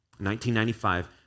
1995